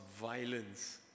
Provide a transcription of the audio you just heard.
violence